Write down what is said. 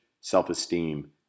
self-esteem